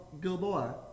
Gilboa